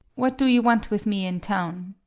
what do you want with me in town?